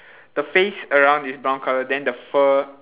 the face around is brown colour then the fur